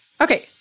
Okay